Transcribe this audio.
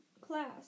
class